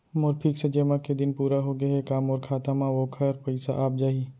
मोर fix जेमा के दिन पूरा होगे हे का मोर खाता म वोखर पइसा आप जाही?